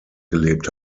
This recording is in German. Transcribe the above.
gelebt